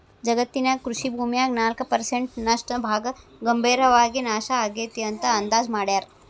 ಜಗತ್ತಿನ್ಯಾಗ ಕೃಷಿ ಭೂಮ್ಯಾಗ ನಾಲ್ಕ್ ಪರ್ಸೆಂಟ್ ನಷ್ಟ ಭಾಗ ಗಂಭೇರವಾಗಿ ನಾಶ ಆಗೇತಿ ಅಂತ ಅಂದಾಜ್ ಮಾಡ್ಯಾರ